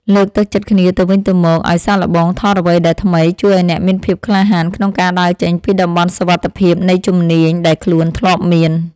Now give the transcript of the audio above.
លើកទឹកចិត្តគ្នាទៅវិញទៅមកឱ្យសាកល្បងថតអ្វីដែលថ្មីជួយឱ្យអ្នកមានភាពក្លាហានក្នុងការដើរចេញពីតំបន់សុវត្ថិភាពនៃជំនាញដែលខ្លួនធ្លាប់មាន។